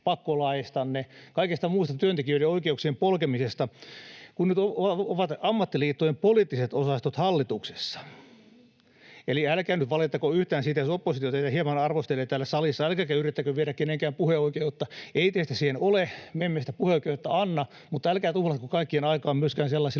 pakkolaeistanne, kaikesta muusta työntekijöiden oikeuksien polkemisesta, kun nyt ovat ammattiliittojen poliittiset osastot hallituksessa. Eli älkää nyt valittako yhtään siitä, jos oppositio teitä hieman arvostelee täällä salissa, älkääkä yrittäkö viedä kenenkään puheoikeutta. Ei teistä siihen ole. Me emme sitä puheoikeutta anna, mutta älkää tuhlatko kaikkien aikaa myöskään sellaisilla